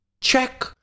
check